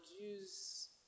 use